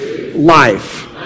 life